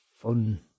fun